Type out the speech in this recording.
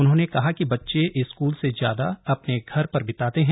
उन्होंने कहा कि बच्चे स्कूल से ज्यादा समय अपने घर पर बिताते हैं